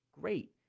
great